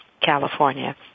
California